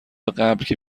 قبل، که